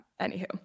anywho